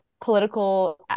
political